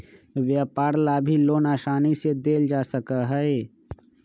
व्यापार ला भी लोन आसानी से देयल जा हई